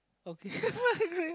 okay migrate